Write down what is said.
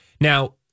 now